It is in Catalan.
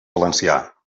valencià